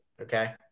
Okay